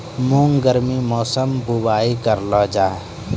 मूंग गर्मी मौसम बुवाई करलो जा?